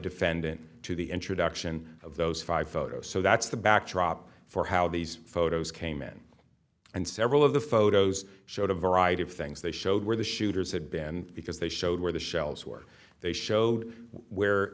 defendant to the introduction of those five photos so that's the backdrop for how these photos came in and several of the photos showed a variety of things they showed where the shooters had been because they showed where the shells were they showed where